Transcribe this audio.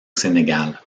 sénégal